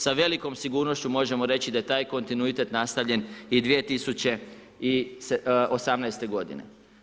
Sa velikom sigurnošću možemo reći da je taj kontinuitet nastavljen i 2018. godine.